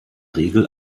regel